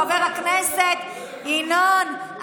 חבר הכנסת ינון,